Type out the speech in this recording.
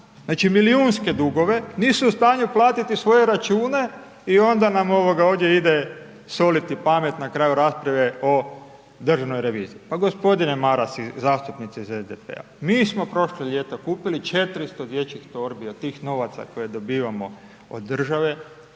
znači milijunske dugove, nisu u stanju platiti svoje račune i onda nam ovdje ide, soliti pamet na kraju rasprave o Državnoj reviziji. Pa gospodine Maras i zastupnici iz SPD-a, mi smo prošlog ljeta kupili 400 dječjih torbi od tih novaca koje dobivamo od države,